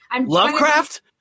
Lovecraft